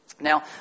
Now